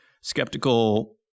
skeptical